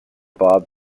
bob